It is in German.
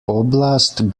oblast